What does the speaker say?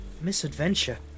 misadventure